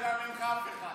בינתיים אין לך אף אחד.